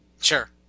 Sure